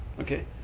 Okay